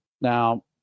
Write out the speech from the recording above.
Now